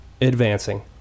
advancing